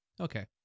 Okay